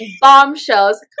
bombshells